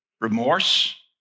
remorse